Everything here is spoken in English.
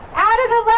out of the